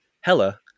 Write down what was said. hella